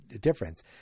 difference